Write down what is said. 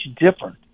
different